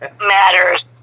matters